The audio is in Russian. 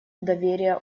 доверия